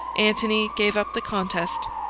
antony gave up the contest.